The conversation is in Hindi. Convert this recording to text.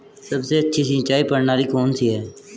सबसे अच्छी सिंचाई प्रणाली कौन सी है?